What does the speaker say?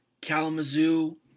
Kalamazoo